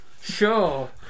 sure